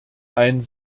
ein